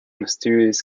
mysterious